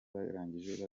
barangije